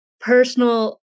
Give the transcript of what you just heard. personal